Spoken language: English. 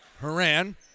Haran